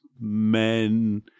men